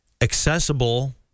accessible